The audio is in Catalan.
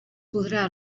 podrà